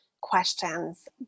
questions